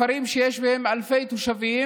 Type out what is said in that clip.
בכפרים שיש בהם אלפי תושבים,